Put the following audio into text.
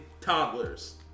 toddlers